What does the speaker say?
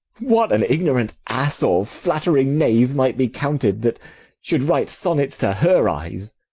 what an ignorant ass or flattering knave might be counted, that should write sonnets to her eyes,